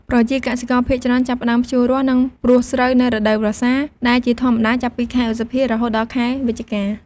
ប្រជាកសិករភាគច្រើនចាប់ផ្តើមភ្ជួររាស់ និងព្រួសស្រូវនៅរដូវវស្សា ដែលជាធម្មតាចាប់ពីខែឧសភា រហូតដល់ខែវិច្ឆិកា។